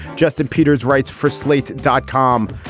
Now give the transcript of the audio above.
justin peters writes for slate dot com.